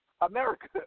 America